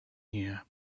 here